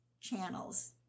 channels